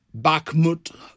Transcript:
Bakhmut